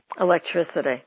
Electricity